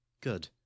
Good